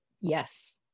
yes